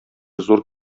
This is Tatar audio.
зур